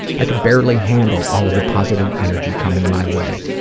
i could barely handle all of the positive energy coming my way.